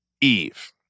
Eve